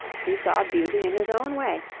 he saw beauty in his own way,